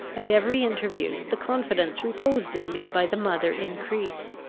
at every interview, the confidence reposed in me by the mother increased.